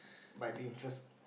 might be interest